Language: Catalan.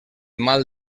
mal